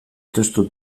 testu